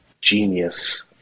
genius